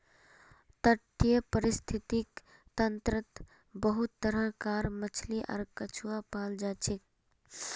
तटीय परिस्थितिक तंत्रत बहुत तरह कार मछली आर कछुआ पाल जाछेक